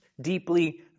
deeply